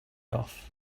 off